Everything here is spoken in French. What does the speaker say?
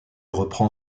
reprend